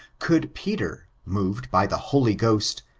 could peter, moved by the holy ghost,